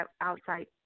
outside